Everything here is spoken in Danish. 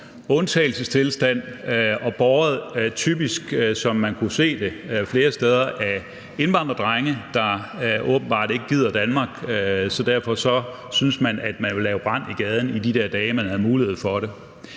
undtagelsestilstand og båret typisk, som man kunne se det flere steder, af indvandrerdrenge, der åbenbart ikke gider Danmark, så derfor syntes man, at man ville lave brand i gaden i de dage, man havde mulighed for det.